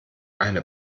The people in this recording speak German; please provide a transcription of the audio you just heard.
eine